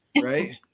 right